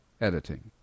Editing